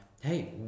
Hey